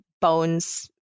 bones